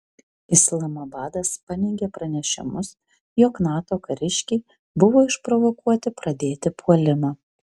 islamabadas paneigė pranešimus jog nato kariškiai buvo išprovokuoti pradėti puolimą